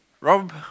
Rob